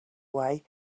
way